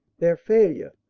their failure,